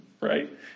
Right